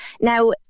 Now